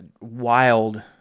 wild